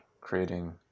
creating